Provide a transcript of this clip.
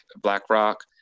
BlackRock